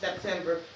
September